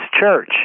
church